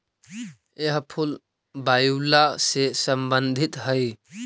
यह फूल वायूला से संबंधित हई